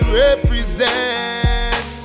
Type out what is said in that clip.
represent